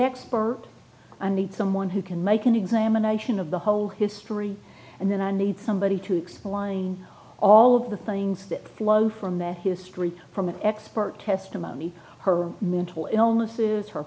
expert i need someone who can make an examination of the whole history and then i need somebody to explain all of the things that flow from their history from an expert testimony her mental illnesses her